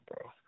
bro